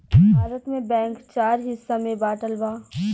भारत में बैंक चार हिस्सा में बाटल बा